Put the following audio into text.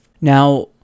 Now